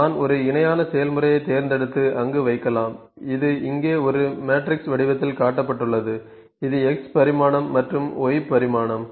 நான் ஒரு இணையான செயல்முறையைத் தேர்ந்தெடுத்து அங்கு வைக்கலாம் இது இங்கே ஒரு மேட்ரிக்ஸ் வடிவத்தில் காட்டப்பட்டுள்ளது இது X பரிமாணம் மற்றும் Y பரிமாணம்